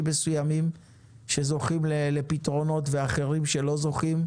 מסוימים שזוכים לפתרונות ואחרים שלא זוכים.